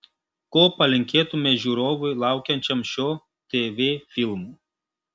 ko palinkėtumei žiūrovui laukiančiam šio tv filmo